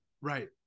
Right